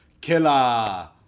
killer